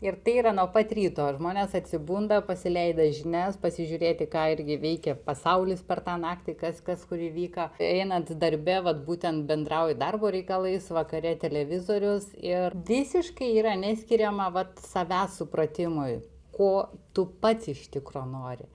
ir tai yra nuo pat ryto žmonės atsibunda pasileidę žinias pasižiūrėti ką irgi veikia pasaulis per tą naktį kas kur įvyka einant darbe vat būtent bendrauji darbo reikalais vakare televizorius ir visiškai yra neskiriama vat savęs supratimui ko tu pats iš tikro nori